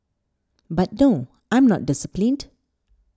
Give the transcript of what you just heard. but no I'm not disciplined